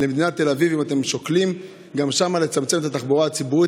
למדינת תל אביב אתם שוקלים גם שם לצמצם את התחבורה הציבורית,